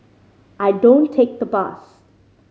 I don't take the bus